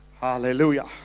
hallelujah